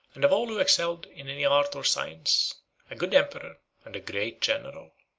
and of all who excelled in any art or science a good emperor and a great general.